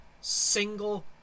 single